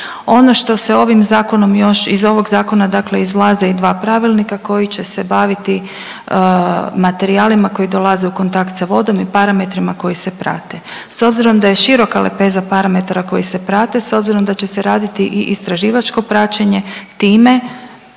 Ono što se ovim zakonom još, iz ovog zakona dakle izlaze i dva pravilnika koji će se baviti materijalima koji dolaze u kontakt sa vodom i parametrima koji se prate. S obzirom da je široka lepeza parametara koji se prate, s obzirom da će se raditi i istraživačko praćenje, time